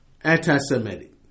Anti-Semitic